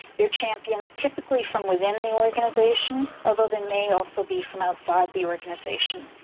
they are champions typically from within the organization, although they may also be from outside the organization.